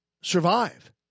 survive